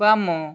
ବାମ